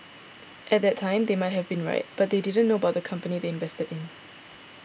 at that time they might have been right but they didn't know about the company they invested in